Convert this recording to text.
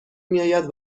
میاید